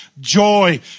joy